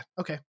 okay